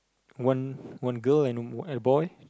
one one girl and a boy